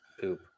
poop